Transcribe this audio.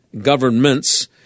governments